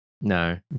No